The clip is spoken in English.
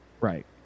Right